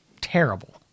terrible